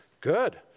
Good